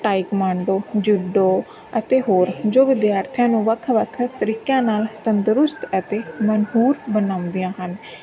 ਟਾਈ ਕਮਾਡੋ judo ਅਤੇ ਹੋਰ ਜੋ ਵਿਦਿਆਰਥੀਆਂ ਨੂੰ ਵੱਖ ਵੱਖ ਤਰੀਕਿਆਂ ਨਾਲ ਤੰਦਰੁਸਤ ਅਤੇ ਮਨਹੂਰ ਬਣਾਉਂਦੀਆਂ ਹਨ